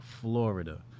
Florida